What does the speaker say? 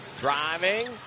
driving